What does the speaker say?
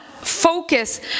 focus